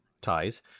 ties